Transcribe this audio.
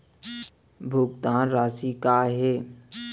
भुगतान राशि का हे?